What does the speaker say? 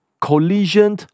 collision